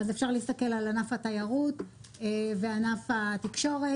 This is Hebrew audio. אז אפשר להסתכל על ענף התיירות וענף התקשורת.